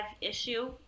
issue